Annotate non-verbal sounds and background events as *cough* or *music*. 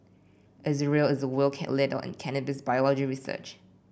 Israel is a world *unintelligible* leader in cannabis biology research